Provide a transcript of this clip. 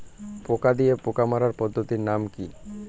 পোকা দিয়ে পোকা মারার পদ্ধতির নাম কি?